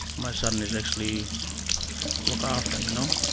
my son is actually looked after, you know.